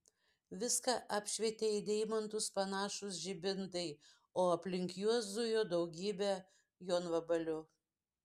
viską apšvietė į deimantus panašūs žibintai o aplink juos zujo daugybė jonvabalių